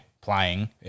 playing